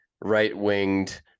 right-winged